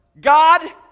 God